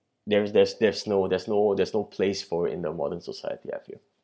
there's there's there's no there's no there's no place for it in the modern society I feel